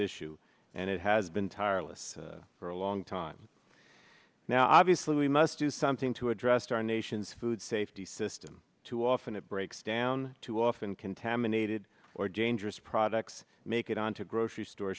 issue and it has been tireless for a long time now obviously we must do something to address our nation's food safety system too often it breaks down too often contaminated or dangerous products make it onto grocery store